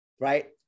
right